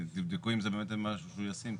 תבדקו אם זה באמת משהו שהוא ישים,